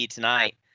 Tonight